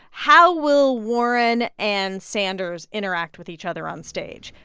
how will warren and sanders interact with each other on stage?